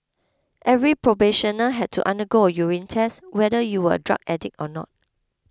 every probationer had to undergo a urine test whether you were a drug addict or not